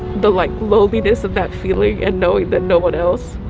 the like loneliness of that feeling and knowing that no one else